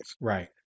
Right